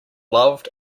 loved